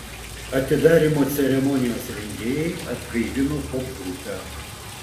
atidarymo ceremonijos rengėjai atgaivino popgrupę